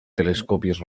telescopios